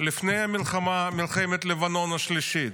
לפני מלחמת לבנון השלישית.